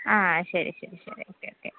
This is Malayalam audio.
ആ ശരി ശരി ശരി ഓക്കെ ഓക്കെ